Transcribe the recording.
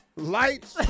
Lights